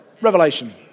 Revelation